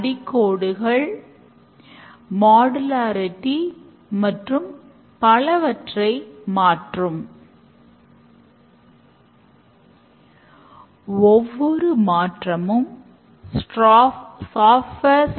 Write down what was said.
அடுத்த கேள்வி iterative waterfall மாடலின் தீமைகள் ஒன்றுடன் ஒன்று சேர அனுமதிப்பதில்லை